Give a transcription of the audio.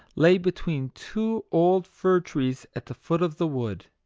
lay between two old fir trees at the foot of the wood!